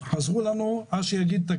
אך חזרו אלינו חולים.